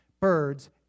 birds